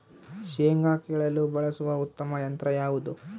ಶೇಂಗಾ ಕೇಳಲು ಬಳಸುವ ಉತ್ತಮ ಯಂತ್ರ ಯಾವುದು?